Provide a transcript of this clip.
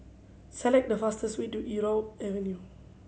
select the fastest way to Irau Avenue